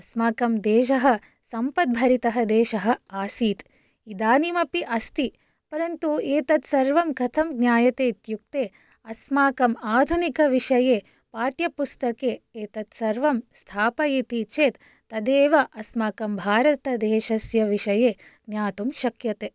अस्माकं देशः सम्पद्भरितः देशः आसीत् इदानीमपि अस्ति परन्तु एतत् सर्वं कथं ज्ञायते इत्युक्ते अस्माकम् आधुनिकविषये पाठ्यपुस्तके एतत् सर्वं स्थापयति चेत् तदेव अस्माकं भारतदेशस्य विषये ज्ञातुं शक्यते